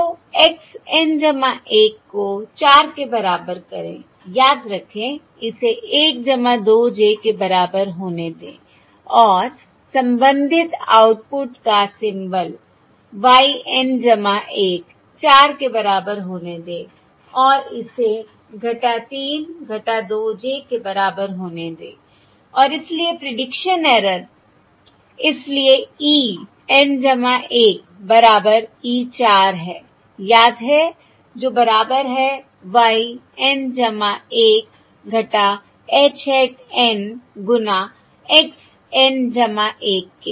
तो x N 1को 4 के बराबर करें याद रखें इसे 1 2 j के बराबर होने दें और संबंधित आउटपुट का सिम्बल y N 1 चार के बराबर होने दें और इसे 3 2 j के बराबर होने दें और इसलिए प्रीडिक्शन एरर इसलिए e N 1 बराबर e 4 है याद है जो बराबर है y N 1 h hat N गुना x N 1 के